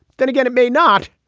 then again, it may not.